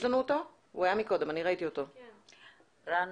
רן